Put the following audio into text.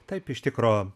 taip iš tikro